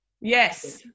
Yes